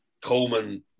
Coleman